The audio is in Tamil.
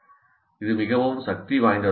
இது மிகவும் சக்திவாய்ந்ததாக இருக்கும்